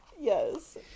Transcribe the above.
Yes